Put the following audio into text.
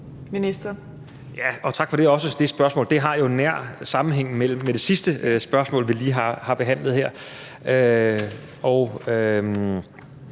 Tak for også det spørgsmål. Det har jo en nær sammenhæng med det sidste spørgsmål, vi lige har behandlet her.